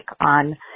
on